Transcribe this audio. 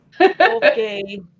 Okay